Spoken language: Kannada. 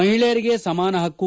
ಮಹಿಳೆಯರಿಗೆ ಸಮಾನ ಪಕ್ಕು